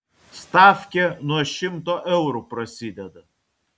stafkė nuo šimto eurų prasideda